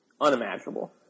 unimaginable